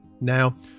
Now